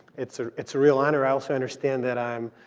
it's ah it's a real honor. i also understand that i'm